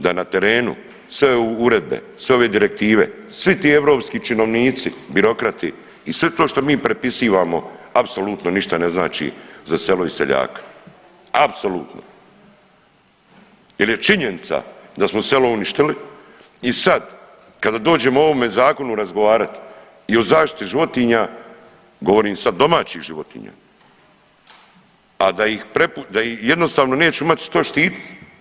Da na terenu sve uredbe, sve ove direktive, svi ti europski činovnici, birokrati i sve to što mi prepisivamo apsolutno ništa ne znači za selo i seljaka, apsolutno jer je činjenica da smo selo uništili i sad kada dođemo o ovome zakonu razgovarati i o zaštiti životinja, govorim sad domaćih životinja, a da ih jednostavno neće imati što štititi.